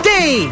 Day